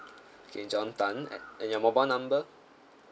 okay john tan at and your mobile number